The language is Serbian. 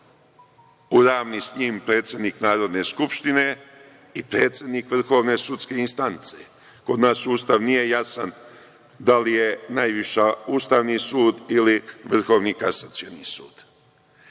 ravni sa njim predsednik Narodne skupštine i predsednik vrhovne sudske instance. Kod nas Ustav nije jasan da li je najviši Ustavni sud ili Vrhovni kasacioni sud.